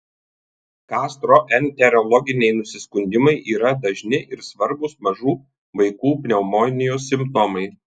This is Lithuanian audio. gastroenterologiniai nusiskundimai yra dažni ir svarbūs mažų vaikų pneumonijos simptomai